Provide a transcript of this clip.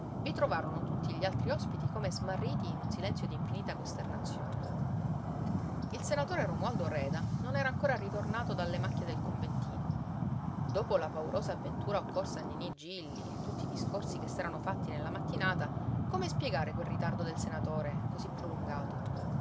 vi trovarono tutti gli altri ospiti come smarriti in un silenzio d'infinita costernazione il senatore romualdo reda non era ancora ritornato dalle macchie del conventino dopo la paurosa avventura occorsa a niní gilli e tutti i discorsi che s'erano fatti nella mattinata come spiegare quel ritardo del senatore cosí prolungato